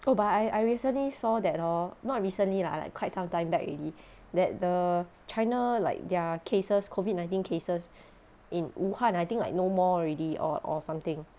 oh but I I recently saw that hor not recently lah like quite some time back already that the china like their cases COVID nineteen cases in wuhan I think like no more already or or something